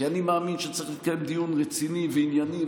כי אני מאמין שצריך לקיים דיון רציני וענייני,